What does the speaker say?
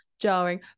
jarring